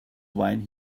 wine